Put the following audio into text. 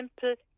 simple